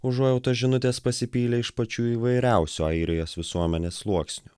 užuojautos žinutės pasipylė iš pačių įvairiausių airijos visuomenės sluoksnių